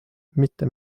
mitte